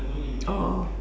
oh